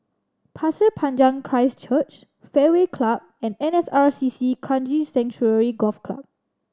Pasir Panjang Christ Church Fairway Club and N S R C C Kranji Sanctuary Golf Club